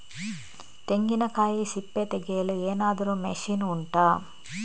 ತೆಂಗಿನಕಾಯಿ ಸಿಪ್ಪೆ ತೆಗೆಯಲು ಏನಾದ್ರೂ ಮಷೀನ್ ಉಂಟಾ